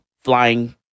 Flying